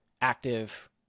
active